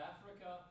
Africa